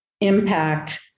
impact